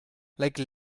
like